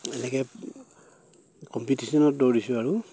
এনেকে কম্পিটিশ্যনত দৌৰিছোঁ আৰু